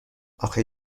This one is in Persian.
آخه